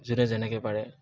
যোনে যেনেকে পাৰে